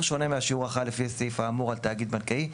שונה מהשיעור החל לפי הסעיף האמור על תאגיד בנקאי,